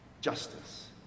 justice